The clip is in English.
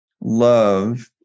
love